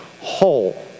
whole